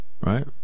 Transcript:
right